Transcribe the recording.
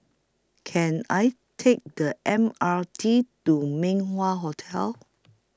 Can I Take The M R T to Min Wah Hotel